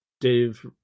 Dave